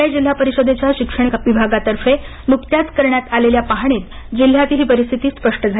पुणे जिल्हा परिषदेच्या शिक्षण विभागातर्फे नुकत्याच करण्यात आलेल्या पाहणीत जिल्ह्यातील ही परिस्थिती स्पष्ट झाली आहे